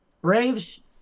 Braves